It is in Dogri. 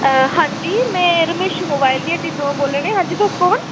हां जी में रमेशु मोबाईल दी हट्टी थमां बोल्ला नी हां जी तुस कु'न